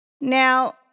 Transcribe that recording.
Now